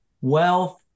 wealth